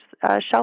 shelf